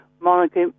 monarchy